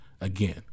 Again